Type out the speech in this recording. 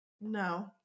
No